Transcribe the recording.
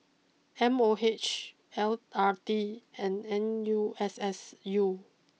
M O H L R T and N U S S U